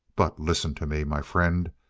but listen to me, my friend.